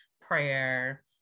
prayer